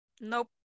Nope